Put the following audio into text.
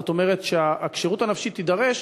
זאת אומרת שהכשירות הנפשית תידרש,